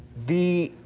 the